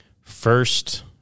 first –